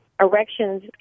erections